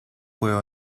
fue